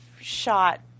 shot